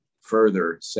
further